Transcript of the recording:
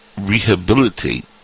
rehabilitate